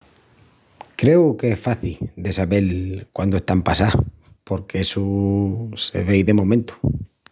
Creu que es faci de sabel quandu están passás porque essu se vei de momentu.